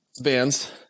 bands